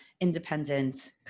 independent